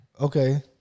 okay